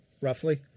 roughly